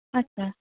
ᱟᱪᱪᱷᱟ